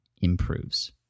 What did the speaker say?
improves